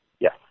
Yes